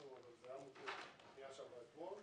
זה היה מותנה בפנייה שעברה אתמול